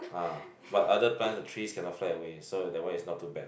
ah but other plants or trees cannot fly away so that one is not too bad